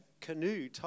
canoe